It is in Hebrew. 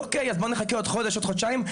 'בסדר אז בוא נחכה עוד חודש עוד חודשיים',